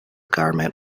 garment